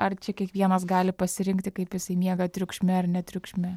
ar čia kiekvienas gali pasirinkti kaip jisai miega triukšme ar ne triukšme